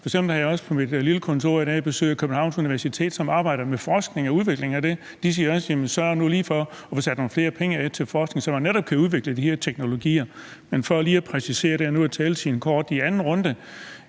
F.eks. havde jeg også på mit lille kontor i dag besøg af Københavns Universitet, som arbejder med forskning og udvikling af det, og de siger også: Jamen sørg nu lige for at få sat nogle flere penge af til forskning, så man netop kan udvikle de her teknologier. Men for lige at få det præciseret – nu er taletiden kort i anden runde